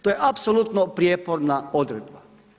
To je apsolutno prijeporna odredba.